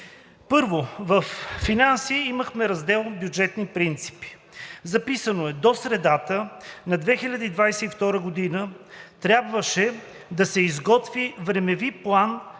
Първо, във „Финанси“ имахме раздел бюджетни принципи. Записано е: до средата на 2022 г. трябваше да се изготви времеви план